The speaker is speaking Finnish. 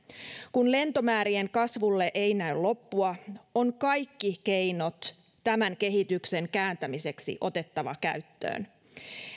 kun lentomäärien kasvulle ei näy loppua on kaikki keinot tämän kehityksen kääntämiseksi otettava käyttöön